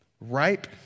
Ripe